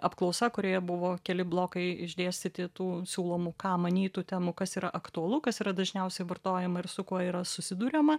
apklausa kurioje buvo keli blokai išdėstytų siūlomų ką manytų temų kas yra aktualu kas yra dažniausiai vartojama ir su kuo yra susiduriama